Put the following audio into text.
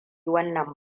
wannan